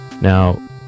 Now